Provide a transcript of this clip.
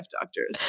doctors